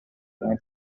nei